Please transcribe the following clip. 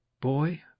Boy